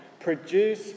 produce